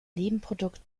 nebenprodukt